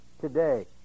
today